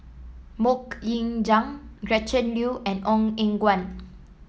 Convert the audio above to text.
MoK Ying Jang Gretchen Liu and Ong Eng Guan